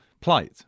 plight